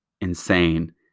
insane